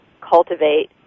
cultivate